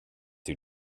too